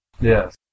Yes